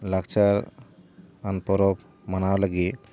ᱞᱟᱠᱪᱟᱨᱼᱟᱱ ᱯᱚᱨᱚᱵᱽ ᱢᱟᱱᱟᱣ ᱞᱟᱹᱜᱤᱫ